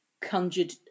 conjured